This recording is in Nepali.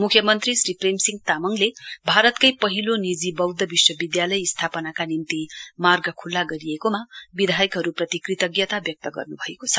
म्ख्यमन्त्री श्री प्रेम सिंह तामाङले भारतकै पहिलो निजी बौद्ध विश्वविद्यालय स्थापनाका निम्ति मार्ग खुल्ला गरिएकोमा विधायकहरूप्रति कृतज्ञता व्यक्ति गर्नुभएको च